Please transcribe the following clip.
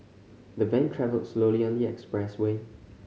the van travelled slowly on the express way